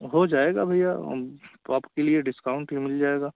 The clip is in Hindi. हो जाएगा भैया हम तो आपके लिए डिस्काउंट भी मिल जाएगा